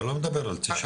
אתה לא מדבר על תשעה?